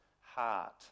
Heart